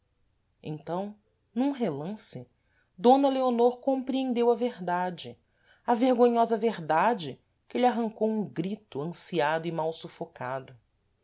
então num relance d leonor compreendeu a verdade a vergonhosa verdade que lhe arrancou um grito ansiado e mal sufocado